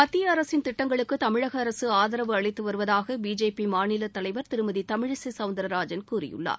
மத்தியஅரசின் திட்டங்களுக்குதமிழகஅரசுஆதரவு அளித்துவருவதாகபிஜேபிமாநிலத் தலைவர் திருமதிதமிழிசைசவுந்தரராஜன் கூறியுள்ளார்